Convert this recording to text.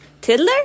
Tiddler